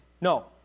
No